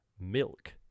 milk